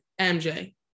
MJ